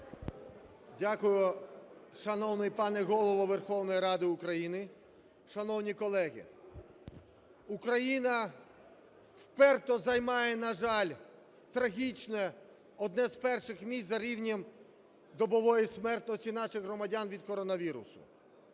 Дякую, шановний пане Голово Верховної Ради України. Шановні колеги, Україна вперто займає, на жаль, трагічне, одне з перших місць за рівнем добової смертності наших громадян від коронавірусу.